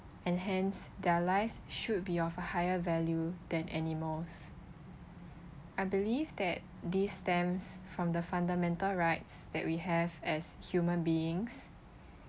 and hence their lives should be of a higher value than animals I believe that this stems from the fundamental rights that we have as human beings